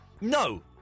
no